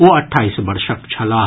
ओ अट्ठाईस वर्षक छलाह